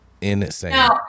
Insane